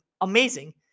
amazing